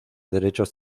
derechos